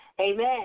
Amen